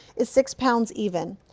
is six pounds even.